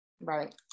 right